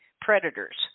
predators